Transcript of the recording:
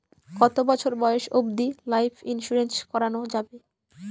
কতো বছর বয়স অব্দি লাইফ ইন্সুরেন্স করানো যাবে?